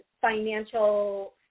financial